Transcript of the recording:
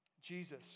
Jesus